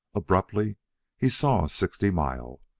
abruptly he saw sixty mile,